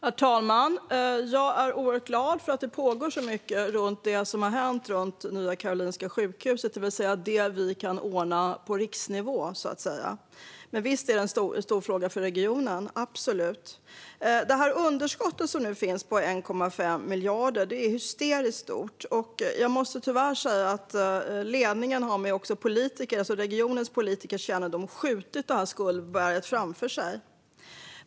Herr talman! Jag är oerhört glad att det pågår så mycket kring det som har hänt runt Nya Karolinska sjukhuset, det vill säga när det gäller det vi kan ordna på riksnivå. Men visst är det en stor fråga för regionen - absolut. Underskottet på 1,5 miljarder är hysteriskt stort. Jag måste tyvärr säga att ledningen, med regionens politikers kännedom, har skjutit det här skuldberget framför sig.